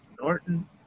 Norton